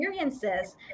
experiences